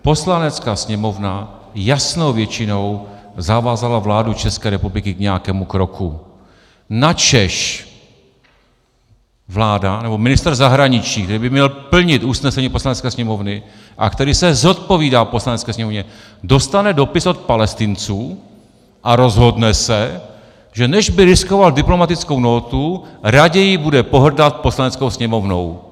Poslanecká sněmovna jasnou většinou zavázala vládu České republiky k nějakému kroku, načež vláda nebo ministr zahraničí, který by měl plnit usnesení Poslanecké sněmovny a který se zodpovídá Poslanecké sněmovně, dostane dopis od Palestinců a rozhodne se, že než by riskoval diplomatickou nótu, raději bude pohrdat Poslaneckou sněmovnou.